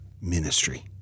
ministry